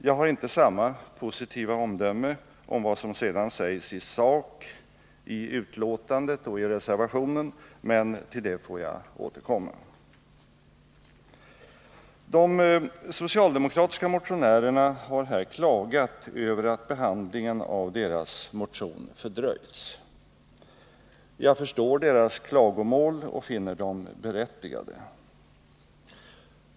Jag har inte samma positiva omdöme om vad som sedan sägs i sak i betänkandet och i reservationen, men till det får jag återkomma. De socialdemokratiska motionärerna har klagat över att behandlingen av deras motion fördröjts. Jag förstår deras klagomål och finner dem berättigade.